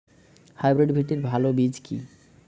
Hybrid ভিন্ডির ভালো বীজ কি?